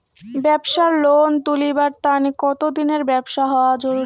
ব্যাবসার লোন তুলিবার তানে কতদিনের ব্যবসা হওয়া জরুরি?